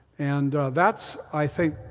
and that's, i think,